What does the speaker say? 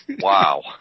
Wow